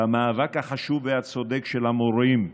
למאבק החשוב והצודק של המורים,